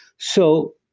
so,